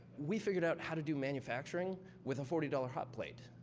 we figured out how to do manufacturing with a forty dollars hot plate,